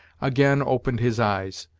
again opened his eyes.